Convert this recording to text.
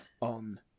on